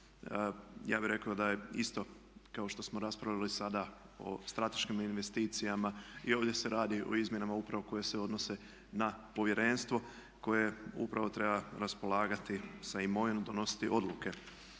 Ja bih rekao da je isto kao što smo raspravili sada o strateškim investicijama i ovdje se radi o izmjenama upravo koje se odnose na povjerenstvo koje upravo treba raspolagati sa imovinom, donositi odluke.